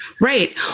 Right